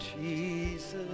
Jesus